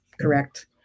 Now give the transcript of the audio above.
correct